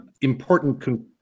important